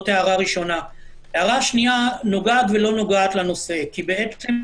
הערה שנייה נוגעת ולא נוגעת לנושא כי בעצם,